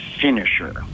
finisher